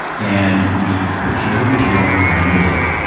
and we put shielded material and we grounded it,